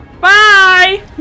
Bye